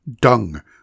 Dung